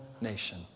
nation